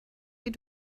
die